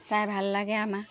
চাই ভাল লাগে আমাক